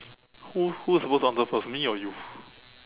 who who is supposed to answer first me or you